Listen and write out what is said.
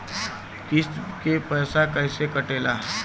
किस्त के पैसा कैसे कटेला?